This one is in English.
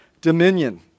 dominion